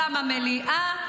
גם המליאה.